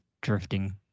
drifting